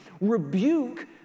rebuke